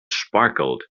sparkled